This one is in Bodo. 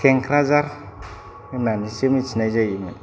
खेंख्राझार होननानैसो मिथिनाय जायोमोन